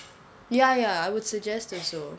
ya ya I would suggest also